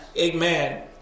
Amen